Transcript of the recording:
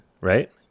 right